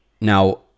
now